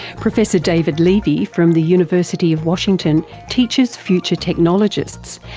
professor david levy from the university of washington teaches future technologists,